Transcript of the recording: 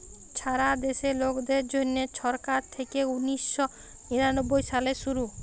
ছারা দ্যাশে লকদের জ্যনহে ছরকার থ্যাইকে উনিশ শ নিরানব্বই সালে শুরু